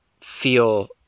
feel